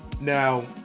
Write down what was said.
Now